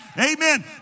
Amen